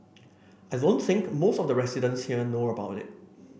I don't think most of the residents here know about it